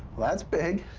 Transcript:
that's big.